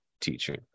teaching